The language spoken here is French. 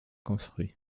construit